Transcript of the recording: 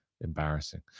embarrassing